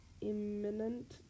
imminent